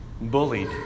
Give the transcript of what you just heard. Bullied